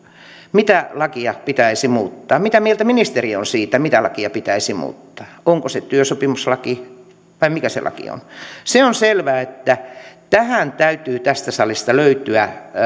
mitä lakia pitäisi muuttaa mitä mieltä ministeri on siitä että mitä lakia pitäisi muuttaa onko se työsopimuslaki vai mikä se laki on se on selvää että tähän täytyy tästä salista löytyä